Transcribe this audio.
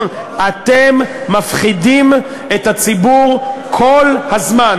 אתם מפחידים את הציבור כל הזמן: